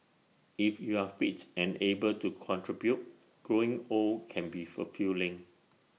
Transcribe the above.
if you're fit and able to contribute growing old can be fulfilling